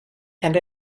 and